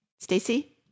Stacey